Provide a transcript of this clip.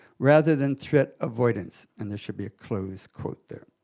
rather than threat avoidance. and there should be a close quote there.